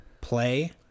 play